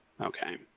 Okay